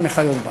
גם לחיות בר.